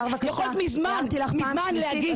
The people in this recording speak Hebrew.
יכולת מזמן להגיש --- הערתי לך פעם שלישית,